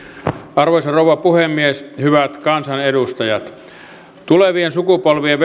arvoisa rouva puhemies hyvät kansanedustajat tulevien sukupolvien